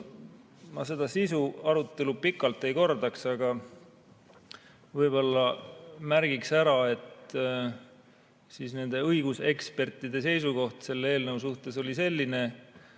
Ma seda sisuarutelu pikalt ei kordaks, aga märgin ära, et nende õigusekspertide seisukoht selle eelnõu suhtes oli selline,